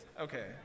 Okay